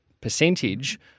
percentage